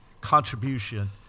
contribution